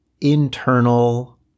internal